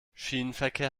schienenverkehr